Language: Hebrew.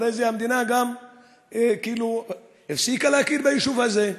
ואחרי זה המדינה גם הפסיקה להכיר ביישוב הזה,